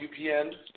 UPN